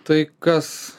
tai kas